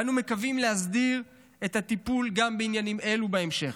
ואנו מקווים להסדיר את הטיפול גם בעניינים אלו בהמשך.